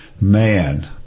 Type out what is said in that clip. man